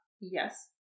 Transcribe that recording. Yes